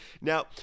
Now